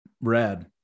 rad